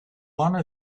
one